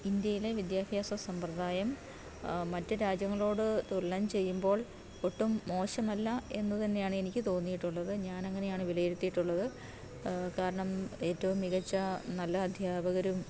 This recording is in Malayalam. ഇന്ത്യയിലെ വിദ്യാഭ്യാസ സമ്പ്രദായം മറ്റു രാജ്യങ്ങളോട് തുലനം ചെയ്യുമ്പോൾ ഒട്ടും മോശമല്ല എന്ന് തന്നെയാണ് എനിക്ക് തോന്നിയിട്ടുള്ളത് ഞാൻ അങ്ങനെയാണ് വിലയിരുത്തിയിട്ടുള്ളത് കാരണം ഏറ്റവും മികച്ച നല്ല അധ്യാപകരും